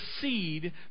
seed